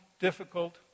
difficult